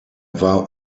war